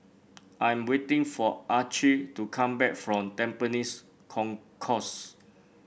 I am waiting for Archie to come back from Tampines Concourse